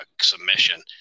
submission